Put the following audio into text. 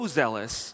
zealous